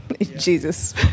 Jesus